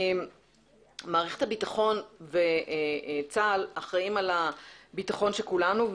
מערכת הביטחון וצה"ל אחראים על הביטחון של כולנו,